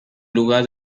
lugar